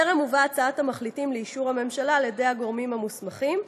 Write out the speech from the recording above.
טרם הובאה הצעת המחליטים לאישור הממשלה על ידי הגורמים המוסמכים,